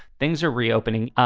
things are reopening.